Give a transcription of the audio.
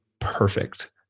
perfect